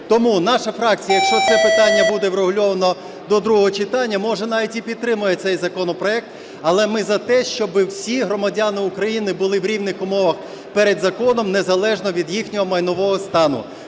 Тому наша фракція, якщо це питання буде врегульовано до другого читання, може, навіть і підтримає цей законопроект, але ми за те, щоб всі громадяни України були в рівних умовах перед законом, незалежно від їхнього майнового стану.